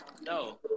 No